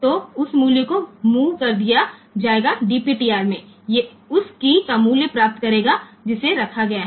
તેથી તે મૂલ્ય આ રીતે ખસેડવામાં આવશે અને DPTR મૂકેલી કી ની કિંમત મેળવશે તેથી 0 1 2 3 કી ત્યાં હશે